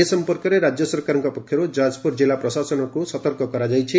ଏ ସଂପର୍କରେ ରାଜ୍ୟ ସରକାରଙ୍କ ପକ୍ଷରୁ ଯାଜପୁର ଜିଲ୍ଲା ପ୍ରଶାସନକୁ ସତର୍କ କରାଯାଇଛି